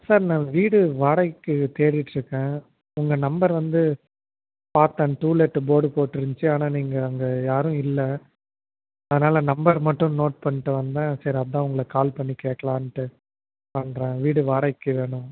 sir நான் வீடு வாடகைக்கு தேடிட்டுருக்கேன் உங்கள் நம்பர் வந்து பார்த்தேன் டூலெட்டு போர்டு போட்டுருந்துச்சு ஆனால் நீங்கள் அங்கே யாரும் இல்லை அதனால் நம்பர் மட்டும் நோட் பண்ணிகிட்டு வந்தேன் சரி அதான் உங்களை கால் பண்ணி கேக்கலாம்ன்ட்டு பண்ணுறேன் வீடு வாடகைக்கு வேணும்